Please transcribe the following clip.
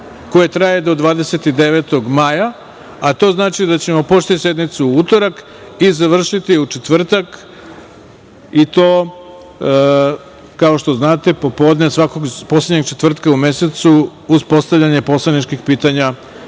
koje traje do 29. maja, a to znači da ćemo početi sednicu u utorak i završiti je u četvrtak, i to, kao što znate, popodne, poslednjeg četvrtka u mesecu, uz postavljanje poslaničkih pitanja